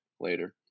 Later